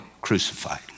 crucified